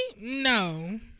No